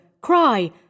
cry